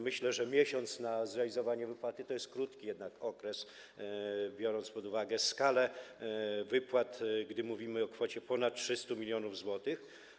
Myślę, że miesiąc na zrealizowanie wypłaty to jest krótki jednak okres, biorąc pod uwagę skalę wypłat - mówimy o kwocie ponad 300 mln zł.